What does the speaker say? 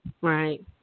Right